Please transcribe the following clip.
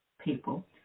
people